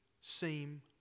seem